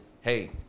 hey